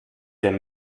dem